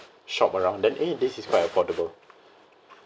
shop around then eh this is quite affordable